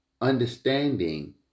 understanding